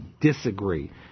disagree